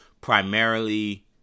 primarily